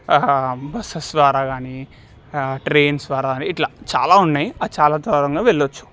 buses ద్వారా కాని trains ద్వారా కాని ఇట్లా చాలా ఉన్నయి చాలా దారంగా వెళ్ళొచ్చు